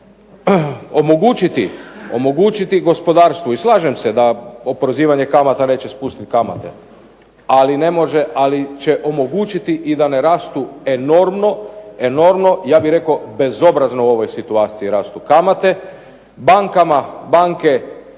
omogućiti gospodarstvu i slažem se da oporezivanje kamata neće spustit kamate, ali će omogućiti i da ne rastu enormno, ja bih rekao bezobrazno u ovoj situaciji rastu kamate. Bankama nitko